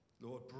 Lord